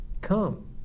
come